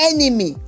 enemy